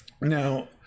now